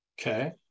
Okay